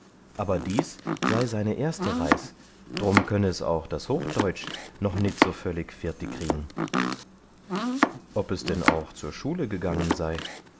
aber dies sei seine erste reis drum könne es auch das hochdeutsch noch nit so völlig firti krieg'n ob es denn auch zur schule gegangen sei